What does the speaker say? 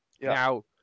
Now